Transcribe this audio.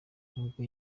nubwo